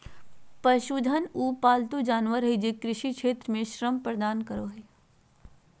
पशुधन उ पालतू जानवर हइ जे कृषि क्षेत्र में श्रम प्रदान करो हइ